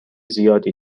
زیادی